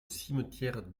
cimetière